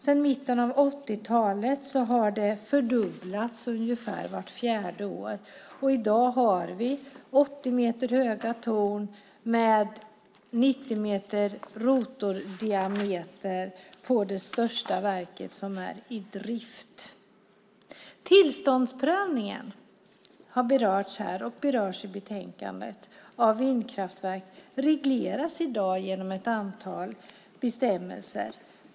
Sedan mitten av 80-talet har det skett en fördubbling ungefär vart fjärde år, och i dag har vi 80 meter höga torn med 90 meters rotordiameter på det största verket som är i drift. Tillståndsprövningen av vindkraftverk - detta har berörts här och berörs också i betänkandet - regleras i dag genom ett antal bestämmelser.